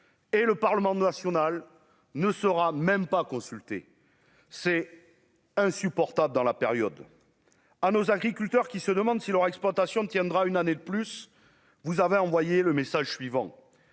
et le Parlement national ne sera même pas consulté, c'est insupportable dans la période à nos agriculteurs qui se demandent si leur exploitation tiendra une année de plus, vous avez envoyé le message suivant